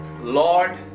Lord